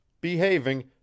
behaving